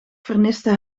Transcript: verniste